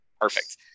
Perfect